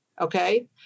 Okay